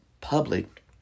public